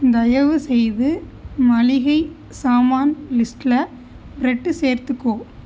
தயவுசெய்து மளிகை சாமான் லிஸ்ட்டில் பிரட் சேர்த்துக்கோ